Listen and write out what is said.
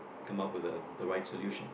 come up with the the right solution